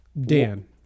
Dan